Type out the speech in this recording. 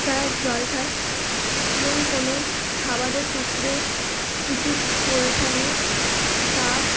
তারা জল খায় এবং কোনো খাবারের টুকরো কিছু পড়ে থাকলে কাক